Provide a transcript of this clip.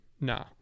No